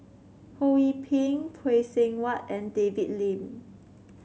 Ho Yee Ping Phay Seng Whatt and David Lim